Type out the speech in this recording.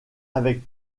avec